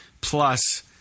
plus